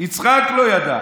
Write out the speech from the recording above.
יצחק לא ידע.